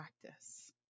Practice